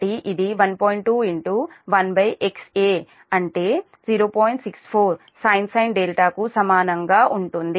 64 sin కు సమానంగా ఉంటుంది అంటే 1